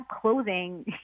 clothing